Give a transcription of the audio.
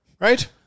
Right